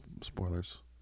spoilers